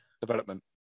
development